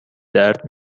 درد